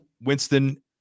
Winston